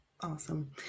Awesome